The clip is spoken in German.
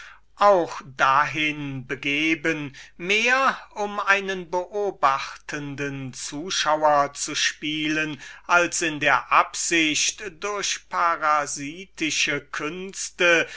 auch dahin begeben mehr um einen beobachtenden zuschauer abzugeben als in der absicht durch parasitische künste